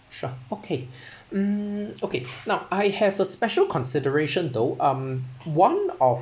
sure okay um okay now I have a special consideration though um one of